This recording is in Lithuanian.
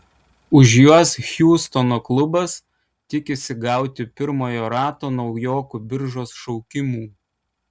už juos hjustono klubas tikisi gauti pirmojo rato naujokų biržos šaukimų